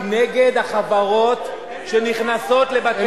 היא נגד החברות שנכנסות לבתי-חולים,